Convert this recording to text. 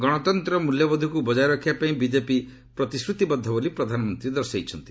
ଗଣତନ୍ତ୍ରର ମୂଲ୍ୟବୋଧକୁ ବଜାୟ ରଖିବା ପାଇଁ ବିଜେପି ପ୍ରତିଶ୍ରତିବଦ୍ଧ ବୋଲି ପ୍ରଧାନମନ୍ତ୍ରୀ ଦର୍ଶାଇଛନ୍ତି